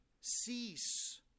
cease